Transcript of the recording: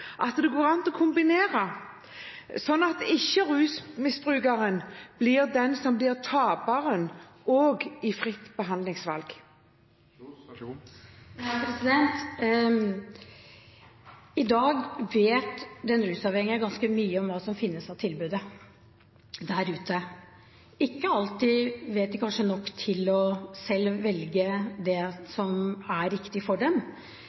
to tingene går sammen, at det går an å kombinere dem, slik at ikke rusmisbrukeren blir taperen også i fritt behandlingsvalg? I dag vet den rusavhengige ganske mye om hva som finnes av tilbud der ute. De vet kanskje ikke alltid nok til selv å velge det som er riktig for dem,